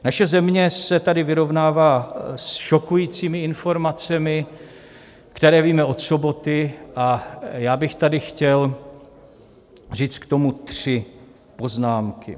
Naše země se tady vyrovnává s šokujícími informacemi, které víme od soboty, a já bych tady chtěl říct k tomu tři poznámky.